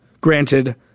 Granted